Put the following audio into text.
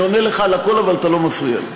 אני עונה לך על הכול, אבל אתה לא מפריע לי.